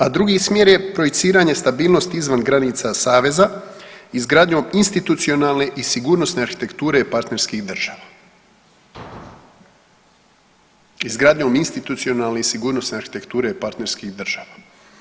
A drugi smjer je projiciranje stabilnosti izvan granica saveza izgradnjom institucionalne i sigurnosne arhitekture partnerskih država, izgradnjom institucionalne i sigurnosne arhitekture partnerskih država.